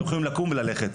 אתם יכולים לקום וללכת.